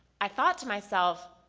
i thought to myself,